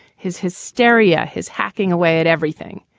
his his steria, his hacking away at everything.